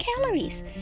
calories